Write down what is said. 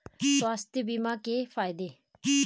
स्वास्थ्य बीमा के फायदे हैं?